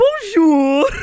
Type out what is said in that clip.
Bonjour